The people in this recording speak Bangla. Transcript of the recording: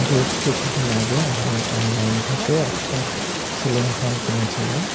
বেশ কিছু দিন আগে আমি অনলাইন থেকে একটা সিলিং ফ্যান কিনেছিলাম